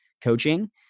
coaching